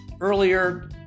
earlier